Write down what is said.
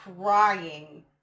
crying